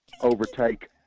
overtake